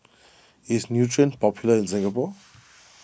is Nutren popular in Singapore